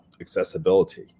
accessibility